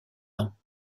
ans